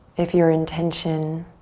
if your intention